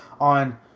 on